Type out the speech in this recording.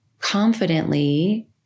confidently